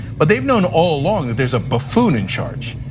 but they've known all along that there's a buffoon in charge.